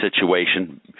situation